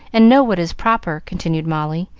and know what is proper, continued molly,